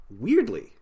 Weirdly